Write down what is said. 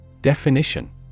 Definition